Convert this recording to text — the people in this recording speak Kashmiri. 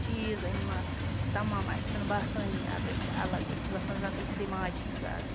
چیٖز أنۍ مَکھ تَمام اَسہِ چھُنہٕ بَسٲنی اَز أسۍ چھِ الگ أسۍ چھِ بَسان زَن أکسٕے ماجہِ ہِنٛز آز